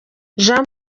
jean